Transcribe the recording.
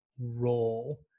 role